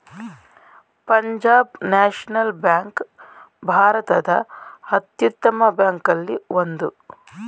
Punjab National Bank ಭಾರತದ ಅತ್ಯುತ್ತಮ ಬ್ಯಾಂಕಲ್ಲಿ ಒಂದು